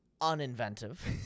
uninventive